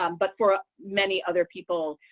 um but for many other people,